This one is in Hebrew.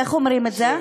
איך אומרים את זה?